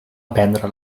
aprendre